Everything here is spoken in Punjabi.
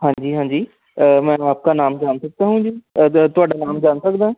ਹਾਂਜੀ ਹਾਂਜੀ ਮੈਨੂੰ ਆਪਕਾ ਨਾਮ ਜਾਨ ਸਕਤਾ ਹੂ ਜੀ ਅ ਦ ਤੁਹਾਡਾ ਨਾਮ ਜਾਣ ਸਕਦਾ ਆ